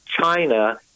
China